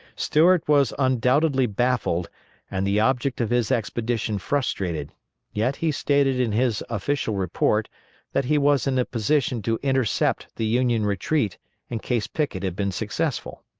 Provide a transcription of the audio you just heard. stuart was undoubtedly baffled and the object of his expedition frustrated yet he stated in his official report that he was in a position to intercept the union retreat in case pickett had been successful.